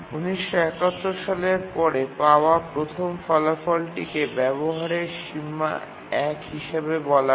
১৯৭১ সালের পরে পাওয়া প্রথম ফলাফলটিকে ব্যবহারের সীমা ১ হিসাবে বলা হয়